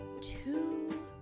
two